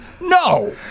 No